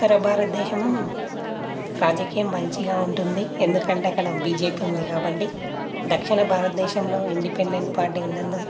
ఉత్తర భారతదేశం రాజకీయం మంచిగా ఉంటుంది ఎందుకంటే అక్కడ బీజేపీ ఉంది కాబట్టి దక్షిణ భారతదేశంలో ఇండిపెండెంట్ పార్టీ ఉన్నందున